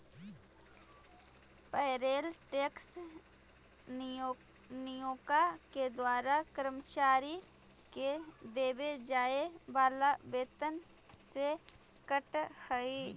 payroll tax नियोक्ता के द्वारा कर्मचारि के देवे जाए वाला वेतन से कटऽ हई